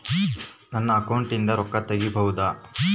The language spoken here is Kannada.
ನನ್ನ ಅಕೌಂಟಿಂದ ರೊಕ್ಕ ತಗಿಬಹುದಾ?